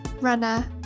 runner